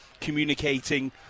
communicating